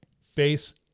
face